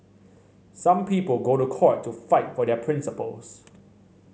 some people go to court to fight for their principles